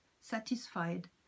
satisfied